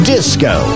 Disco